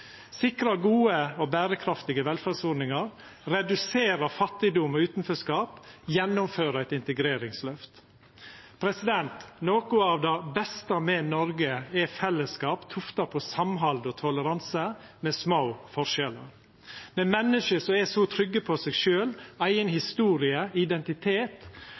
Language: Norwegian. sikra gode og berekraftige velferdsordningar å redusera fattigdom og utanforskap å gjennomføra eit integreringsløft Noko av det beste med Noreg er fellesskap tufta på samhald og toleranse, med små forskjellar, med menneske som er så trygge på seg sjølve, eiga historie og identitet